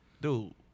dude